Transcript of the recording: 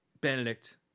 Benedict